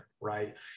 right